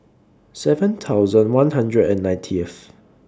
seven thousand one hundred and ninetieth